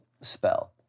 spell